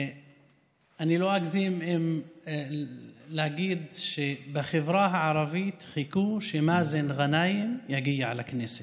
אני לא אגזים אם אגיד שבחברה הערבית חיכו שמאזן גנאים יגיע לכנסת,